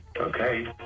Okay